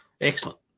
Excellent